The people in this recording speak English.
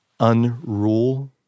unrule